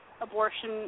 abortion